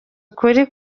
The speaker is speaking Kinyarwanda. ukuri